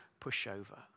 pushover